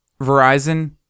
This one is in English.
Verizon